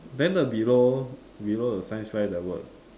then the below below the science fair the word